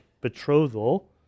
betrothal